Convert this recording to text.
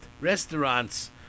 restaurants